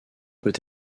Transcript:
peut